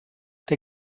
der